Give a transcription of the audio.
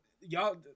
y'all